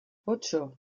ocho